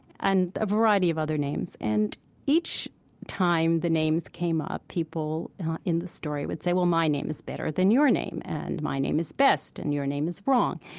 and a variety of other names. and each time the names came up, people in the story would say, well, my name is better than your name. and my name is best, and your name is wrong.